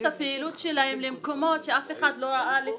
את הפעילות שלהם למקומות שאף אחד לא ראה לפני.